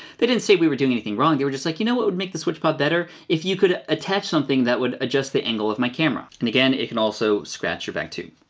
they didn't say we were doing anything wrong, they were just like, you know what would make the switchpod better? if you could attach something that would adjust the angle of my camera. and again, it can also scratch your back, too.